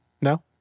No